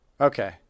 Okay